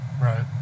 Right